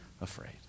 afraid